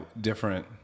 different